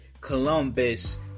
Columbus